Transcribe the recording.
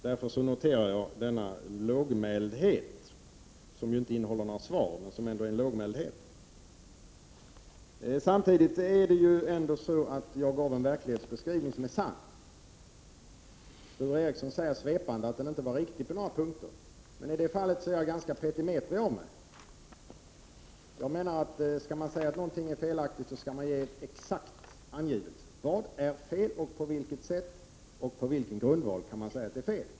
Därför noterar jag denna lågmäldhet som i och för sig inte innehåller några svar men som ändå är en lågmäldhet. Samtidigt är det så att den verklighetsbeskrivning jag gav är sann. Sture Ericson säger svepande att den på några punkter inte var riktig. I det fallet är jag ganska mycket av en petimäter — säger man att något är felaktigt skall man ge exakt besked om vad som är fel, på vilket sätt och på vilken grundval man kan säga att det är fel.